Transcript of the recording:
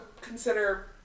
consider